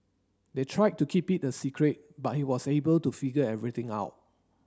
they tried to keep it a secret but he was able to figure everything out